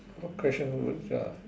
what question would you ask